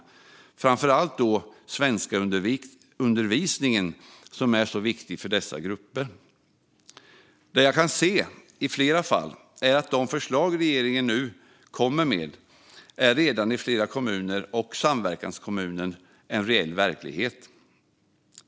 Det gäller framför allt svenskundervisningen, som är så viktig för dessa grupper. Det jag i flera fall kan se är att de förslag regeringen nu kommer med redan är en reell verklighet i flera kommuner och samverkanskommuner.